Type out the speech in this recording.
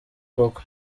koko